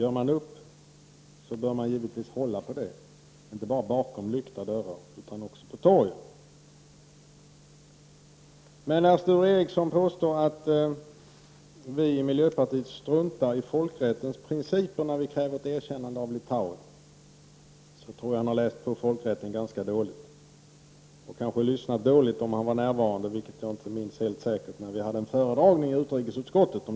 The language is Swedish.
Om man gör upp bör man givetvis hålla fast vid det, inte bara bakom lyckta dörrar utan också på torgen. När Sture Ericson påstår att vi i miljöpartiet struntar i folkrättens principer när vi kräver ett erkännande av Litauen, har han nog läst på folkrätten ganska dåligt. Han kanske också lyssnade dåligt — om han var närvarande — vid föredragningen om detta i utrikesutskottet.